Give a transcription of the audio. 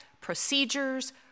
procedures